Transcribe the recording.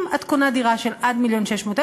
אם את קונה דירה של עד 1.6 מיליון,